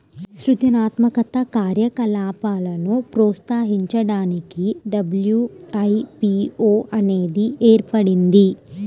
సృజనాత్మక కార్యకలాపాలను ప్రోత్సహించడానికి డబ్ల్యూ.ఐ.పీ.వో అనేది ఏర్పడింది